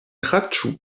kraĉu